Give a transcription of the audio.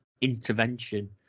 intervention